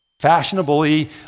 fashionably